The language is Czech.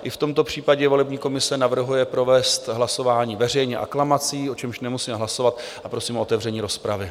I v tomto případě volební komise navrhuje provést hlasování veřejně aklamací, o čemž nemusíme hlasovat, a prosím o otevření rozpravy.